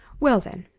well, then,